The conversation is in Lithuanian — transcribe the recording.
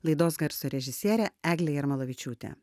laidos garso režisierė eglė jarmolavičiūtė